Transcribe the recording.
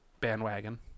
bandwagon